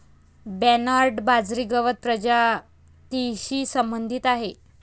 Bernard बाजरी गवत प्रजातीशी संबंधित आहे